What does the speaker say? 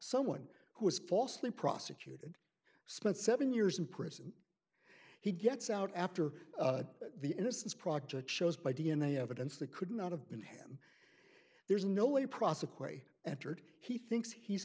someone who was falsely prosecuted spent seven years in prison he gets out after the innocence project shows by d n a evidence that could not have been ham there's no way prosequi entered he thinks he's